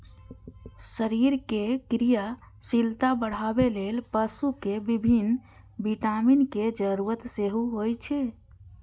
शरीरक क्रियाशीलता बढ़ाबै लेल पशु कें विभिन्न विटामिनक जरूरत सेहो होइ छै